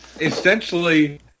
Essentially